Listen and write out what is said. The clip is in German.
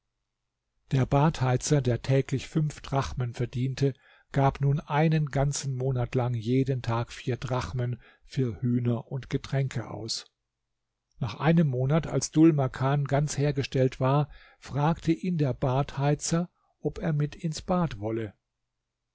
der badheizer der täglich fünf drachmen verdiente gab nun einen ganzen monat lang jeden tag vier drachmen für hühner und getränke aus nach einem monat als dhul makan ganz hergestellt war fragte ihn der badheizer ob er mit ihm ins bad wolle